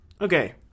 okay